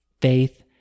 faith